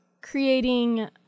creating